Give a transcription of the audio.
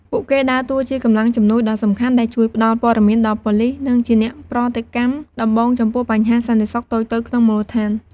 ពួកគេដើរតួជាកម្លាំងជំនួយដ៏សំខាន់ ដែលជួយផ្តល់ព័ត៌មានដល់ប៉ូលិស និងជាអ្នកប្រតិកម្មដំបូងចំពោះបញ្ហាសន្តិសុខតូចៗក្នុងមូលដ្ឋាន។